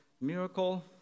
miracle